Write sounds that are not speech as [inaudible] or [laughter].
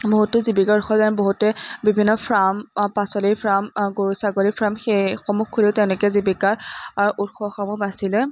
বহুতো জীৱিকাৰ উৎস [unintelligible] বহুতে বিভিন্ন ফ্ৰাম পাচলিৰ ফ্ৰাম গৰু ছাগলীৰ ফ্ৰাম সেইসমূহ খুলিও তেনেকৈ জীৱিকাৰ উৎসসমূহ বাছি লয়